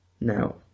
Now